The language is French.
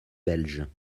belges